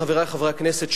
חברי חברי הכנסת,